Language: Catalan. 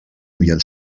havien